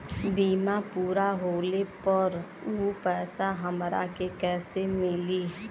बीमा पूरा होले पर उ पैसा हमरा के कईसे मिली?